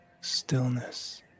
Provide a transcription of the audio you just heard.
stillness